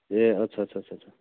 ए अच्छा अच्छा अच्छा